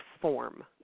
form